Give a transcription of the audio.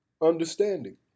understanding